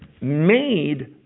made